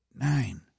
nine